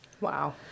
Wow